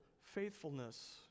faithfulness